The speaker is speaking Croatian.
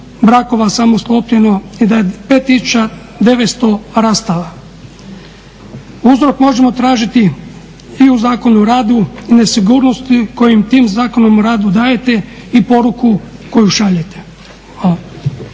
brakova samo sklopljeno i da je 5 tisuća 900 rastava. Uzrok možemo tražiti i u Zakonu o radu i nesigurnost koju tim Zakonom o radu dajete i poruku koju šaljete.